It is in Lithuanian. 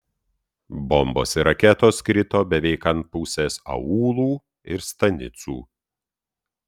bombos ir raketos krito beveik ant pusės aūlų ir stanicų